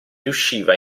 riusciva